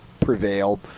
prevail